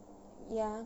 ya